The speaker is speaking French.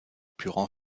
purent